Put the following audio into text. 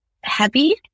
heavy